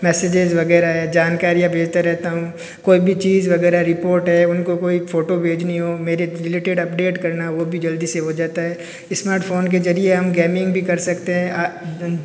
messages वगैरह है जानकारियाँ भेजता रहता हूँ कोई भी चीज वगैरह रिपोर्ट है उनको कोई फोटो भेजनी हो मेरे रिलेटेड अपडेट करना हो वो भी जल्दी से हो जाता है स्मार्टफ़ोन के जरिये हम गेमिंग भी कर सकते है आ ए